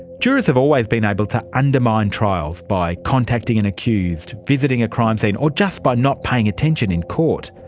jurors have always been able to undermine trials by contacting an accused, visiting a crime scene, or just by not paying attention in court.